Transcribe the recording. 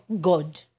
god